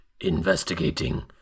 Investigating